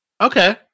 okay